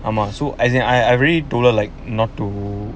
I'm on so as in I told her like not to